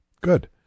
Good